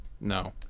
No